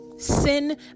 Sin